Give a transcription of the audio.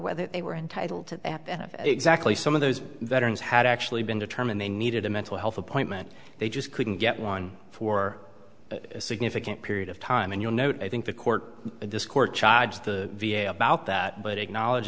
whether they were entitled to exactly some of those veterans had actually been determined they needed a mental health appointment they just couldn't get one for a significant period of time and you'll note i think the court this court charged the v a about that but acknowledge